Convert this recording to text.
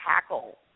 tackle